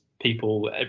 people